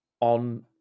on